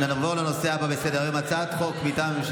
זרקו אתכם לספסלי